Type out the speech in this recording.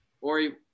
Ori